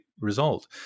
result